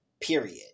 period